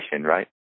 right